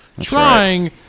trying